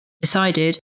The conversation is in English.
decided